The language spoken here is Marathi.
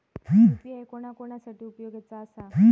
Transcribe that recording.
यू.पी.आय कोणा कोणा साठी उपयोगाचा आसा?